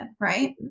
right